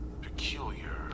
Peculiar